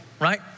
right